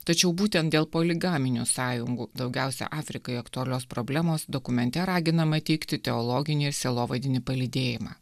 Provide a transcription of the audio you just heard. tačiau būtent dėl poligaminių sąjungų daugiausia afrikai aktualios problemos dokumente raginama teikti teologinį ir sielovadinį palydėjimą